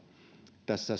tässä